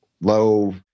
low